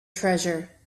treasure